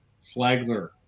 Flagler